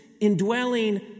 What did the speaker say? indwelling